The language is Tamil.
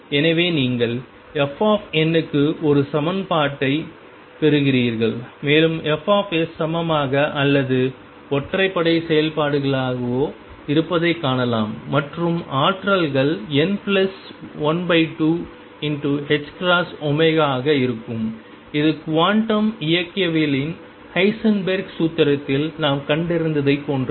எனவே நீங்கள் f n க்கு ஒரு சமன்பாட்டைப் பெறுகிறீர்கள் மேலும் fs சமமாகவோ அல்லது ஒற்றைப்படை செயல்பாடுகளாகவோ இருப்பதைக் காணலாம் மற்றும் ஆற்றல்கள் n12ℏω ஆக இருக்கும் இது குவாண்டம் இயக்கவியலின் ஹைசன்பெர்க் சூத்திரத்தில் நாம் கண்டறிந்ததைப் போன்றது